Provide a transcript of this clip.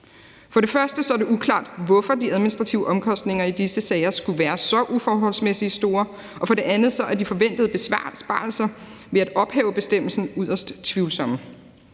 For det første er det uklart, hvorfor de administrative omkostninger i disse sager skulle være så uforholdsmæssigt store, og for det andet er de forventede besparelser ved at ophæve bestemmelsen yderst tvivlsomme.